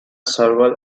several